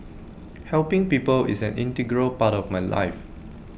helping people is an integral part of my life